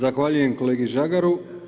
Zahvaljujem kolegi Žagaru.